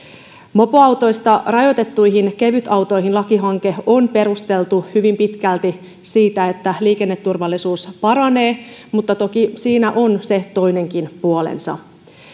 mopoautoista rajoitettuihin kevytautoihin lakihanke on perusteltu hyvin pitkälti siksi että liikenneturvallisuus paranee mutta toki siinä on se toinenkin puolensa